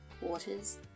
waters